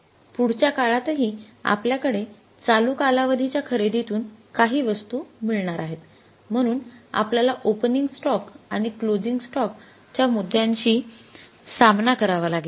पुढच्या काळातही आपल्या कडे चालू कालावधी च्या खरेदीतून काही वस्तू मिळणार आहेत म्हणून आपल्याला ओपनिंग स्टॉक आणि क्लोजिंग स्टॉक च्या मुद्द्यांशी सामना करावा लागेल